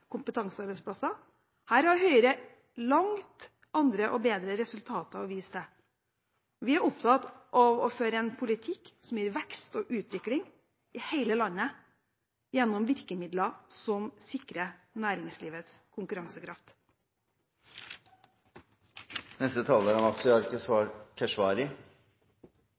kompetansearbeidsplasser. Her har Høyre andre og langt bedre resultater å vise til. Vi er opptatt av å føre en politikk som gir vekst og utvikling i hele landet gjennom virkemidler som sikrer næringslivets